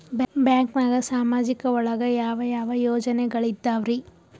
ಬ್ಯಾಂಕ್ನಾಗ ಸಾಮಾಜಿಕ ಒಳಗ ಯಾವ ಯಾವ ಯೋಜನೆಗಳಿದ್ದಾವ್ರಿ?